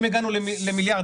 אם הגענו למיליארד,